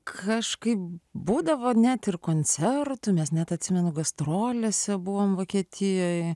kažkaip būdavo net ir koncertų mes net atsimenu gastrolėse buvom vokietijoj